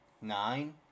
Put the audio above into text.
nine